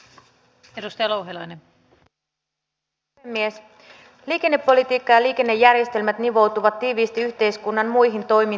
siinä on muutamia faktoja mitä voin ottaa esimerkkinä